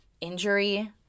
injury